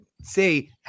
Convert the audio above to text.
say